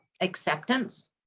acceptance